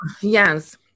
Yes